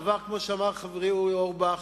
כמו שאמר חברי אורי אורבך,